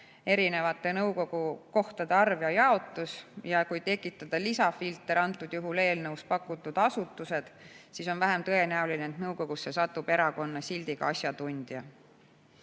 erinevates nõukogudes kohtade arv ja jaotus. Kui tekitada lisafilter, antud juhul eelnõus pakutud asutused, siis on vähem tõenäoline, et nõukogusse satub erakonnasildiga asjatundja.